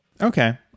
Okay